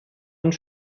und